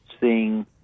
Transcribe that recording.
seeing